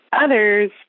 others